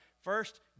First